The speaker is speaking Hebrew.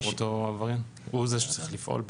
הוא זה שצריך לפעול?